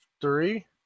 three